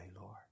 Lord